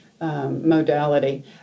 modality